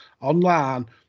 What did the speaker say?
online